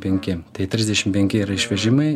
penki trisdešim penki ir išvežimai